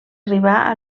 arribar